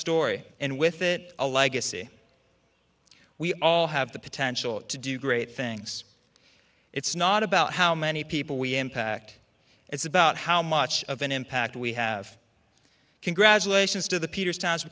story and with it a legacy we all have the potential to do great things it's not about how many people we impact it's about how much of an impact we have congratulations to the peters